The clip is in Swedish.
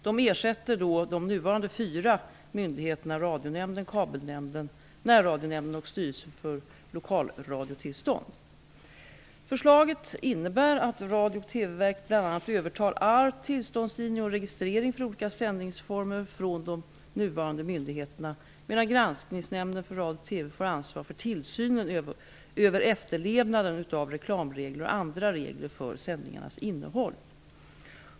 De ersätter då de nuvarande fyra myndigheterna Radionämnden, övertar all tillståndsgivning och registrering för olika sändningsformer från de nuvarande myndigheterna, medan Granskningsnämnden för radio och TV får ansvar för tillsynen över efterlevnaden av reklamregler och andra regler för sändningarnas innehåll.